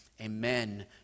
Amen